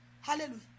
Hallelujah